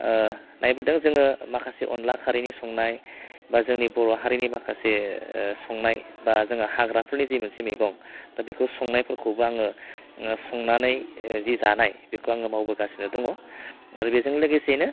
नायबोदों जोङो माखासे अनला खारिनि संनाय बा जोंनि बर' हारिनि माखासे संनाय बा जोङो हाग्राफोरनि जे मोनसे मैगं दा बेफोर संनायफोरखौबो आङो ओह संनानै जि जानाय बेखौ आङो मावबोगासिनो दङ आरो बेजों लोगोसेनो